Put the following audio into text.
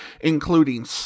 including